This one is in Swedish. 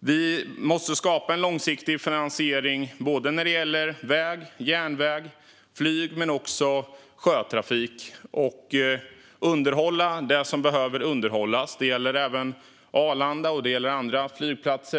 Vi måste skapa en långsiktig finansiering när det gäller såväl väg, järnväg och flyg som sjötrafik och underhålla det som behöver underhållas. Det gäller även Arlanda och andra flygplatser.